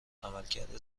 عملکرد